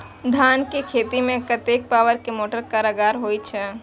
धान के खेती में कतेक पावर के मोटर कारगर होई छै?